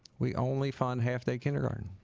we only fund half-day kindergarten